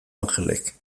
angelek